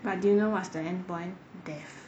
but do you know what's the endpoint death